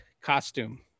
costume